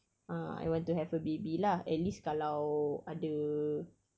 uh I want to have a baby lah at least kalau ada